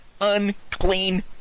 unclean